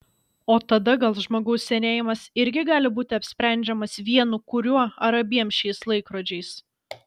o tada gal žmogaus senėjimas irgi gali būti apsprendžiamas vienu kuriuo ar abiem šiais laikrodžiais